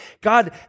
God